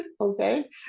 okay